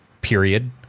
period